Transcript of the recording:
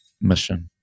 mission